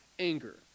anger